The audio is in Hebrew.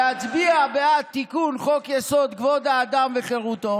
להצביע בעד תיקון חוק-יסוד: כבוד האדם וחירותו